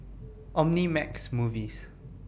Omnimax Movies